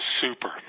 Super